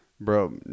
Bro